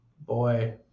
Boy